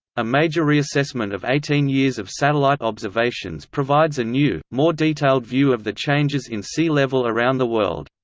a major reassessment of eighteen years of satellite observations provides a new, more detailed view of the changes in sea level around the world.